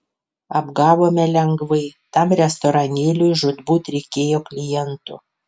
apgavome lengvai tam restoranėliui žūtbūt reikėjo klientų